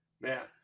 man